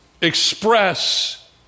express